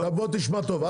עכשיו בוא תשמע טוב,